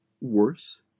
worse